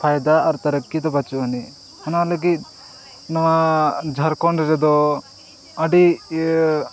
ᱯᱷᱟᱭᱫᱟ ᱟᱨ ᱛᱟᱨᱤᱯᱷᱠᱤ ᱫᱚ ᱯᱟᱪᱩᱜ ᱟᱱᱤᱡ ᱚᱱᱟ ᱞᱟᱹᱜᱤᱫ ᱱᱚᱣᱟ ᱡᱷᱟᱨᱠᱷᱚᱸᱰ ᱨᱮᱫᱚ ᱟᱹᱰᱤ ᱤᱭᱟᱹ